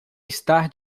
estar